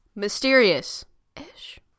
Mysterious-ish